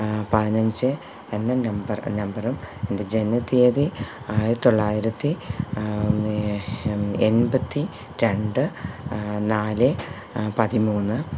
പതിനഞ്ച് എന്ന നമ്പർ നമ്പറും എന്റെ ജനനത്തിയതി ആയിരത്തിത്തൊള്ളായിരത്തി നെ എൺപത്തി രണ്ട് നാല് പതിമൂന്ന്